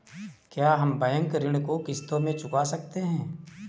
क्या हम बैंक ऋण को किश्तों में चुका सकते हैं?